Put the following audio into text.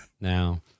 now